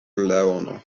leono